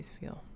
feel